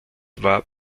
war